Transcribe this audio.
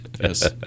Yes